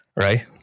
right